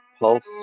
pulse